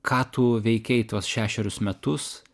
ką tu veikei tuos šešerius metus